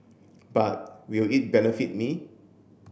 but will it benefit me